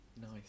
Nice